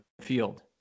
field